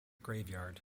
graveyard